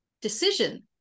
decision